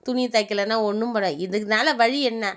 துணி தைக்கலன்னா ஒன்றும் பண்ணாது இதனால வழி என்ன